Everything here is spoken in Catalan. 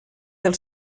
del